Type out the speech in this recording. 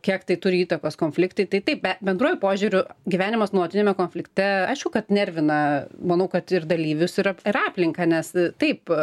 kiek tai turi įtakos konfliktui tai bendruoju požiūriu gyvenimas nuolatiniame konflikte aišku kad nervina manau kad ir dalyvius ir ir aplinką nes taip